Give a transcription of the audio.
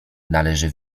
należy